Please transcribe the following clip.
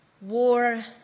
war